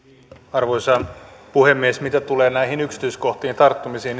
arvoisa puhemies mitä tulee näihin yksityiskohtiin tarttumisiin